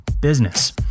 business